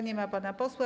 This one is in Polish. Nie ma pana posła.